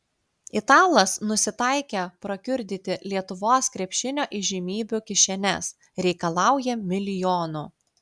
italas nusitaikė prakiurdyti lietuvos krepšinio įžymybių kišenes reikalauja milijonų